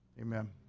amen